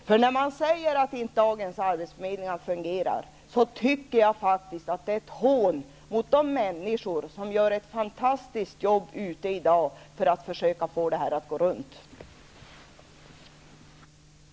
När denna majoritet säger att dagens arbetsförmedlingar inte fungerar, tycker jag att det är ett hån mot de människor som gör ett fantastiskt jobb i dag för att försöka få detta att så att säga gå runt.